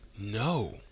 No